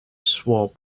swap